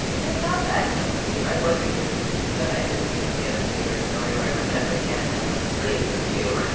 i'm not that young, steve. i was existant, but i didn't go see it in theaters, nor do i remember janet madeleines rave review.